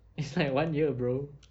it's like one year bro